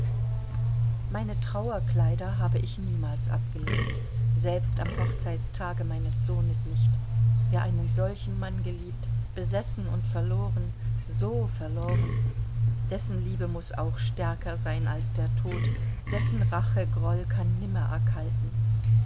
meine trauerkleider habe ich niemals abgelegt selbst am hochzeitstage meines sohnes nicht wer einen solchen mann geliebt besessen und verloren so verloren dessen liebe muß auch stärker sein als der tod dessen rachegroll kann nimmer erkalten